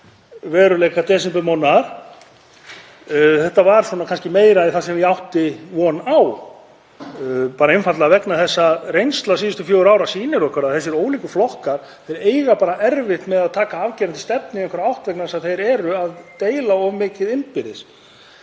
veruleika desembermánaðar. Þetta var kannski meira það sem ég átti von á, bara einfaldlega vegna þess að reynsla síðustu fjögurra ára sýnir okkur að þessir ólíku flokkar eiga erfitt með að taka afgerandi stefnu í einhverja átt vegna þess að þeir deila of mikið innbyrðis.